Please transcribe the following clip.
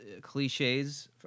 cliches